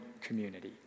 community